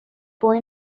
boy